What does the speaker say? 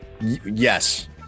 Yes